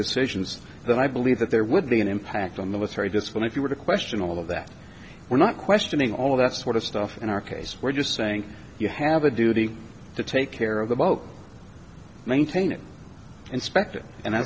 decisions that i believe that there would be an impact on the literary discipline if you were to question all of that we're not questioning all that sort of stuff in our case we're just saying you have a duty to take care of the boat maintain an inspector and